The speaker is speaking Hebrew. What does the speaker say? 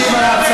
משיב על ההצעה,